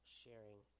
sharing